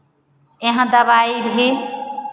यहाँ दवाई भी